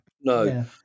no